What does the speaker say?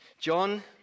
John